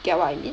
get what I mean